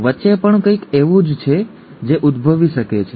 વચ્ચે પણ કંઈક એવું છે જે ઉદભવી શકે છે